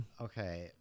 Okay